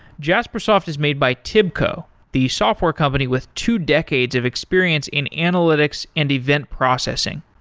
jaspersoft is made by tibco, the software company with two decades of experience in analytics and event processing.